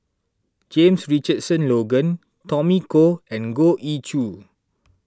James Richardson Logan Tommy Koh and Goh Ee Choo